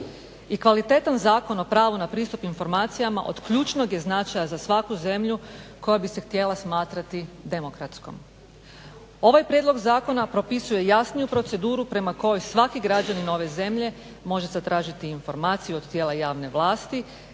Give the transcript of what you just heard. I kvalitetom Zakona o pravu na pristup informacijama od ključnog je značaja za svaku zemlju koja bi se htjela smatrati demokratskom. Ovaj prijedloga zakona propisuje jasniju proceduru prema kojoj svaki građanin ove zemlje može zatražiti informaciju od tijela javne vlasti